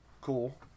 Cool